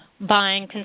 buying